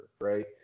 right